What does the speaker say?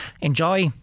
enjoy